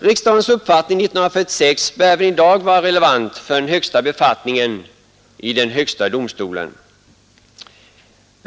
Riksdagens uppfattning 1946 bör väl i dag vara relevant för den högsta befattningen i den högsta domstolen.